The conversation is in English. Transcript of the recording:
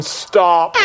stop